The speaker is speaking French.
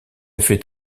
fait